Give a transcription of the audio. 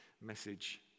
message